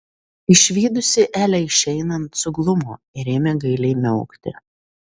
išvydusi elę išeinant suglumo ir ėmė gailiai miaukti